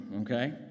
okay